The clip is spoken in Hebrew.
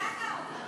הפתעת אותנו.